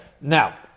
Now